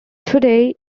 today